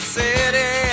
city